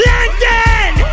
London